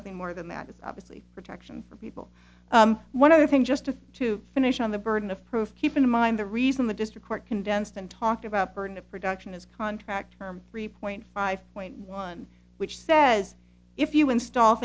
nothing more than that it's obviously protection for people one other thing just to finish on the burden of proof keep in mind the reason the district court condensed and talked about burden of production is contract three point five point one which says if you install